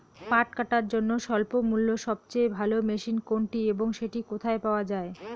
পাট কাটার জন্য স্বল্পমূল্যে সবচেয়ে ভালো মেশিন কোনটি এবং সেটি কোথায় পাওয়া য়ায়?